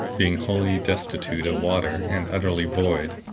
being wholly destitute of water, and utterly void,